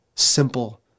simple